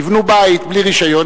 יבנו בית בלי רשיון,